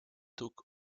took